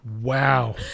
Wow